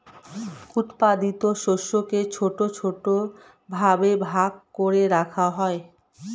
উৎপাদিত শস্যকে ছোট ছোট ভাবে ভাগ করে রাখা হয়